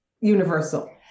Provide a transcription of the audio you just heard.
universal